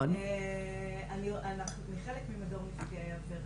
אני חלק ממדור נפגעי עבירה.